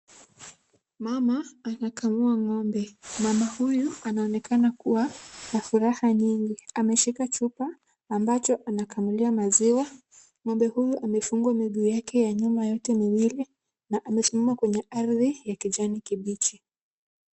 Mama anakamua ng'ombe. Mama huyu anaonekana kuwa na furaha nyingi. Ameshika chupa ambacho anakamulia maziwa . Ng'ombe huyu amefungwa miguu yake ya nyuma yote miwili, na amesimama kwenye ardhi ya kijani kibichi.